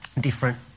different